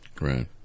Right